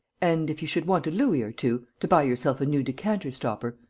and, if you should want a louis or two, to buy yourself a new decanter-stopper,